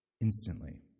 instantly